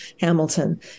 Hamilton